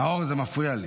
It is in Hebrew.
נאור, זה מפריע לי,